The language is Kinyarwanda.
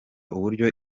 uburyo